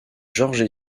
george